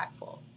impactful